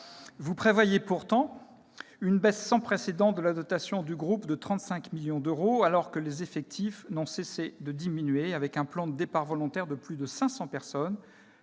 Vous prévoyez pourtant une baisse sans précédent de la dotation du groupe de 35 millions d'euros, alors que les effectifs n'ont cessé de diminuer, avec un plan de départs volontaires de plus de 500 personnes,